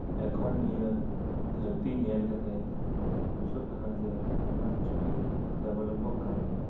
ᱮᱠᱷᱚᱱ ᱱᱚᱶᱟᱹ ᱫᱷᱟᱹᱨᱛᱤ ᱧᱮᱞ ᱠᱟᱛᱮᱫ ᱵᱩᱡᱷᱟᱹᱜ ᱠᱟᱱᱟ ᱡᱮ ᱟᱭᱢᱟ ᱠᱤᱪᱷᱩᱜᱮ ᱰᱮᱵᱷᱮᱞᱚᱯᱚᱜ ᱠᱟᱱ ᱜᱮᱭᱟ